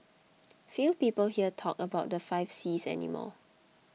few people here talk about the five Cs any more